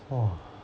!wah!